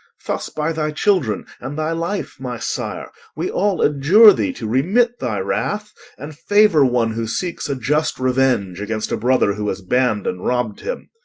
thus by thy children and thy life, my sire, we all adjure thee to remit thy wrath and favor one who seeks a just revenge against a brother who has banned and robbed him.